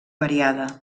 variada